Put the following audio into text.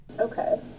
Okay